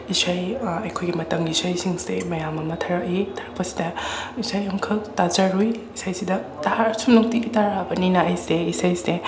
ꯏꯁꯩ ꯑꯩꯈꯣꯏꯒꯤ ꯃꯇꯝꯒꯤ ꯏꯁꯩꯁꯤꯡꯁꯦ ꯃꯌꯥꯝ ꯑꯃ ꯊꯥꯔꯛꯏ ꯊꯥꯔꯛꯄꯁꯤꯗ ꯏꯁꯩ ꯑꯝꯈꯛ ꯇꯥꯖꯔꯨꯏ ꯏꯁꯩꯁꯤꯗ ꯇꯥꯔ ꯁꯨꯝ ꯅꯨꯡꯇꯤꯒꯤ ꯇꯥꯔꯛꯑꯕꯅꯤꯅ ꯑꯩꯁꯦ ꯏꯁꯩꯁꯦ